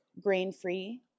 grain-free